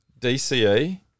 DCE